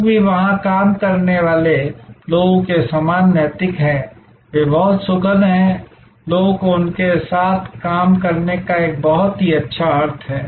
लोग भी वहाँ काम करने वाले लोगों के समान नैतिक हैं वे बहुत सुखद हैं लोगों को उनके साथ काम करने का एक बहुत अच्छा अर्थ है